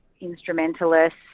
instrumentalists